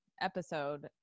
episode